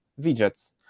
widgets